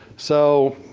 so,